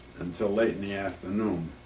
until late in the afternoon.